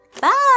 Bye